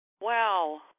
Wow